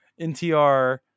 ntr